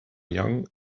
young